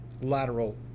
lateral